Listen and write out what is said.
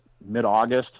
mid-august